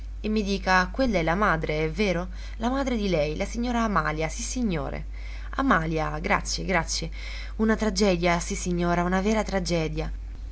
e mi dica quella è la madre è vero la madre di lei la signora amalia sissignore amalia grazie grazie una tragedia sì signora una vera tragedia